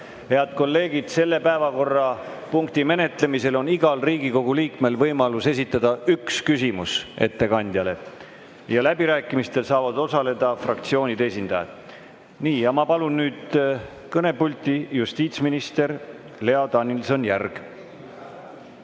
Head kolleegid, selle päevakorrapunkti menetlemisel on igal Riigikogu liikmel võimalus esitada ettekandjale üks küsimus ja läbirääkimistel saavad osaleda fraktsioonide esindajad. Palun nüüd kõnepulti justiitsminister Lea Danilson-Järgi.